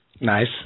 Nice